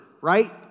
right